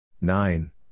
nine